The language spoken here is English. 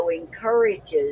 encourages